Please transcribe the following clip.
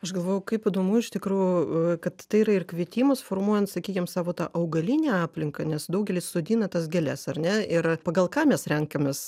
aš galvojau kaip įdomu iš tikrųjų kad tai yra ir kvietimas formuojant sakykim savo tą augalinę aplinką nes daugelis sodina tas gėles ar ne ir pagal ką mes renkamės